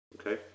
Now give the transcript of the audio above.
Okay